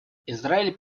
израиль